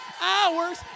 hours